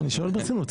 אני שואל ברצינות,